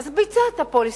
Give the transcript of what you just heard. אז ביצעת policy review.